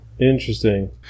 interesting